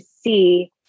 see